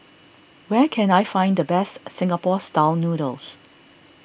where can I find the best Singapore Style Noodles